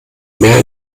mehr